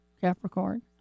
Capricorn